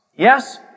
Yes